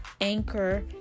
anchor